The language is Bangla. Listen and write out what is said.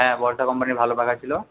হ্যাঁ বর্ষা কোম্পানির ভালো পাখা ছিল